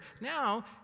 now